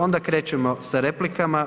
Onda krećemo sa replikama.